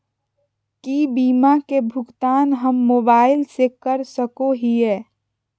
की बीमा के भुगतान हम मोबाइल से कर सको हियै?